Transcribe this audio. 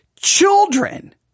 children